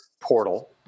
portal